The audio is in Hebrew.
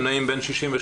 הם נעים בין 62%-77%,